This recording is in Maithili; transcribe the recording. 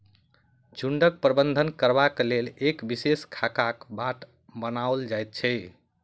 झुंडक प्रबंधन करबाक लेल एक विशेष खाकाक बाट बनाओल जाइत छै